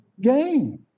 gain